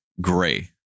gray